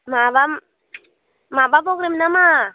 माबा माबा प्रब्लेमना मा